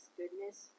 goodness